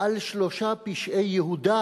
"על שלשה פשעי יהודה,